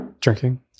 drinking